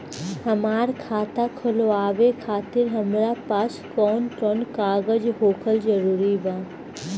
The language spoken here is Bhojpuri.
हमार खाता खोलवावे खातिर हमरा पास कऊन कऊन कागज होखल जरूरी बा?